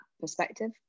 perspective